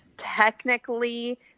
Technically